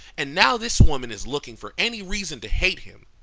and now this woman is looking for any reason to hate him.